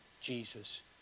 Jesus